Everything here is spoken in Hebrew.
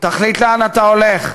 תחליט לאן אתה הולך.